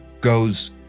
goes